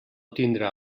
tindrà